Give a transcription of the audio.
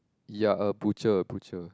ya a butcher butcher